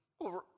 over